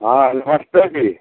हाँ नमस्ते जी